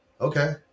okay